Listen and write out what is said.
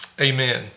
Amen